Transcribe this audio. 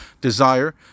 desire